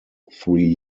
three